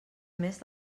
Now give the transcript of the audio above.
més